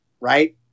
Right